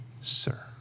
sir